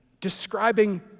describing